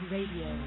Radio